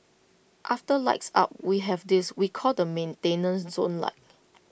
after lights out we have this we call the maintenance zone light